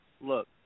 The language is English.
Look